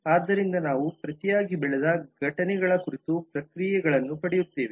ಆದ್ದರಿಂದ ನಾವು ಪ್ರತಿಯಾಗಿ ಬೆಳೆದ ಘಟನೆಗಳ ಕುರಿತು ಪ್ರತಿಕ್ರಿಯೆಗಳನ್ನು ಪಡೆಯುತ್ತೇವೆ